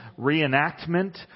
reenactment